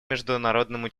международному